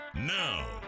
Now